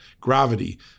gravity